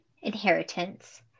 inheritance